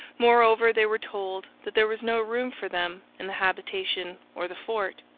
moreover, they were told that there was no room for them in the habitation or the fort.